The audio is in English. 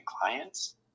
clients